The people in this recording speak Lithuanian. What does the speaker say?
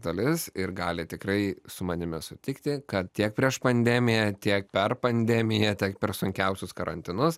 dalis ir gali tikrai su manimi sutikti kad tiek prieš pandemiją tiek per pandemiją tiek per sunkiausius karantinus